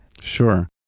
sure